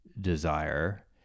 desire